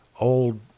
old